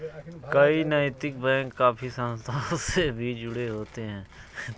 कई नैतिक बैंक काफी संस्थाओं से भी जुड़े होते हैं